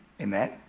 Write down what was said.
amen